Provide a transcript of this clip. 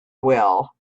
will